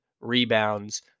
rebounds